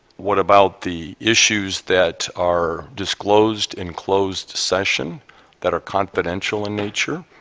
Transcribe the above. what about the issues that are disclosed in closed session that are confidential in nature?